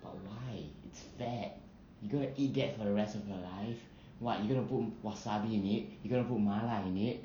but why it's fat you gonna eat that for the rest of your life what you gonna put wasabi in it you gonna put mala in it